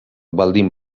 baldin